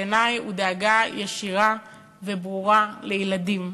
בעיני היא דאגה ישירה וברורה לילדים,